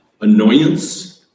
annoyance